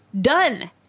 Done